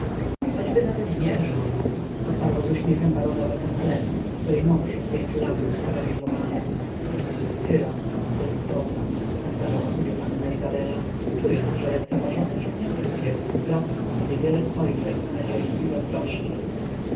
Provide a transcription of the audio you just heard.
choćby nawet i nie żoną odparła z uśmiechem baronowa von ples której mąż od pięciu lat był sparaliżowany tyran despota powtarzała panna izabela czując że lekceważony przez nią kupiec zwraca ku sobie wiele spojrzeń nadziei i zazdrości